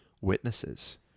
witnesses